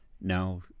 Now